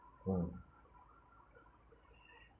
once